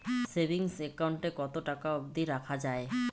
Savings account এ কতো টাকা অব্দি রাখা যায়?